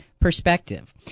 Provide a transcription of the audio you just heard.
perspective